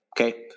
okay